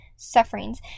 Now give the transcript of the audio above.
sufferings